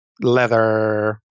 leather